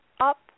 up